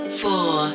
four